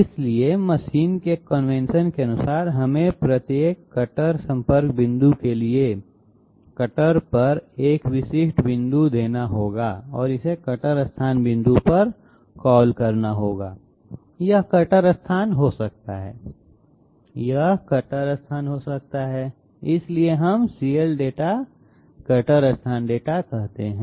इसलिए मशीन के कन्वेंशन के अनुसार हमें प्रत्येक कटर संपर्क बिंदु के लिए कटर पर एक विशिष्ट बिंदु देना होगा और इसे कटर स्थान बिंदु पर कॉल करना होगा यह कटर स्थान हो सकता है यह कटर स्थान हो सकता है इसलिए हम CLdata कटर स्थान डेटा कहते हैं